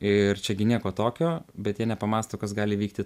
ir čia gi nieko tokio bet jie nepamąsto kas gali įvykti